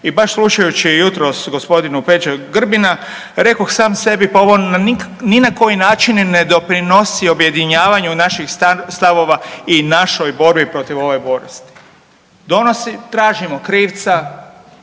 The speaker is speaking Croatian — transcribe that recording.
i baš slušajući jutros g. Peđa Grbina rekoh sam sebi, pa ovo ni na koji način ne doprinosu objedinjavanju naših stavova i našoj borbi protiv ove bolesti. Donosi tražimo krivca,